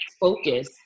focus